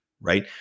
right